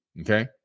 Okay